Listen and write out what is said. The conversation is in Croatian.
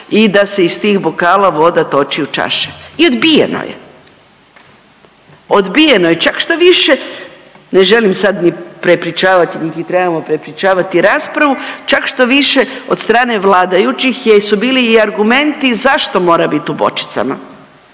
i da se iz tih bokala voda toči u čaše. I odbijeno je. Odbijeno je, čak štoviše ne želim sad ni prepričavati, niti trebamo prepričavati raspravu, čak štoviše od strane vladajućih su bili i argumenti zašto mora biti u bočicama.